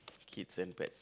kids and pets